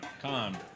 Come